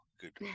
good